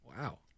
Wow